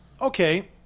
Okay